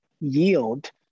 yield